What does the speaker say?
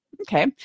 okay